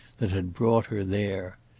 that had brought her there.